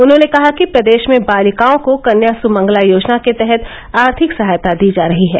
उन्होंने कहा कि प्रदेश में बालिकाओं को कन्या सुमंगला योजना के तहत आर्थिक सहायता दी जा रही है